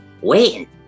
wait